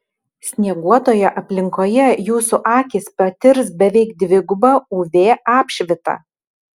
snieguotoje aplinkoje jūsų akys patirs beveik dvigubą uv apšvitą